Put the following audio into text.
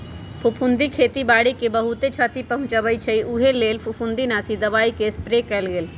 फफुन्दी खेती बाड़ी के बहुत छति पहुँचबइ छइ उहे लेल फफुंदीनाशी दबाइके स्प्रे कएल गेल